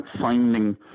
finding